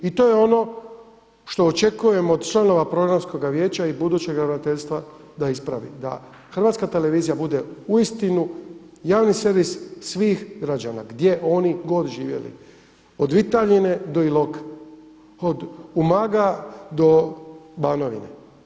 I to je ono što očekujem od članova Programskoga vijeća i budućeg ravnateljstva da ispravi, da Hrvatska televizija bude uistinu javni servis svih građana gdje oni god živjeli od Vitaljine do Iloka, od Umaga do Banovine.